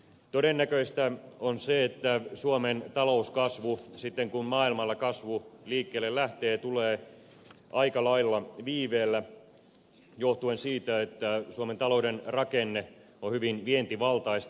todennäköistä on se että suomen talouskasvu sitten kun maailmalla kasvu liikkeelle lähtee tulee aika lailla viiveellä johtuen siitä että suomen talouden rakenne on hyvin vientivaltaista